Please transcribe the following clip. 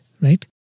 right